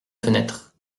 fenêtre